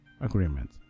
agreement